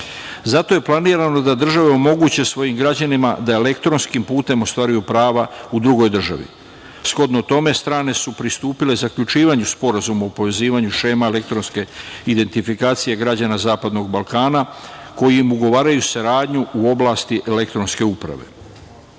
zato je planirano da države omoguće svojim građanima da elektronskim putem ostvaruju prava u drugoj državi. Shodno tome, strane su pristupile zaključivanju Sporazuma o povezivanju šema elektronske identifikacije građana Zapadnog Balkana kojim ugovaraju saradnju u oblasti elektronske uprave. Pitanje